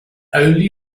only